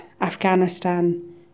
Afghanistan